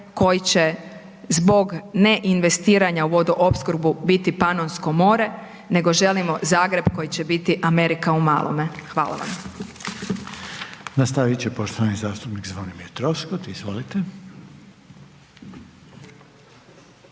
koji će zbog ne investiranja u vodoopskrbu biti Panonsko more, nego želimo Zagreb koji će biti Amerika u malome. Hvala vam.